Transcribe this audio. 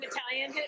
Italian